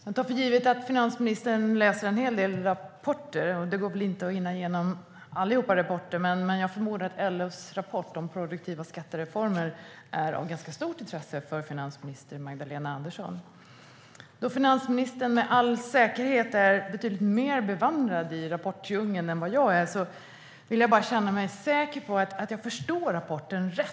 Fru talman! Jag tar för givet att finansministern läser en hel del rapporter. Det går väl inte att hinna igenom alla, men jag förmodar att LO:s rapport om produktiva skattereformer är av stort intresse för finansminister Magdalena Andersson. Finansministern är med all säkerhet betydligt mer bevandrad i rapportdjungeln än vad jag är, och jag vill bara känna mig säker på att jag förstår rapporten rätt.